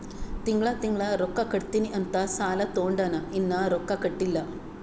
ತಿಂಗಳಾ ತಿಂಗಳಾ ರೊಕ್ಕಾ ಕಟ್ಟತ್ತಿನಿ ಅಂತ್ ಸಾಲಾ ತೊಂಡಾನ, ಇನ್ನಾ ರೊಕ್ಕಾ ಕಟ್ಟಿಲ್ಲಾ